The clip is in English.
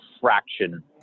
fraction